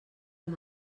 amb